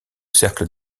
cercle